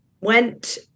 went